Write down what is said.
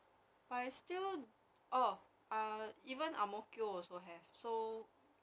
but I still orh even ah ang mo kio also have so